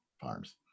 Farms